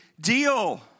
deal